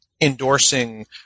endorsing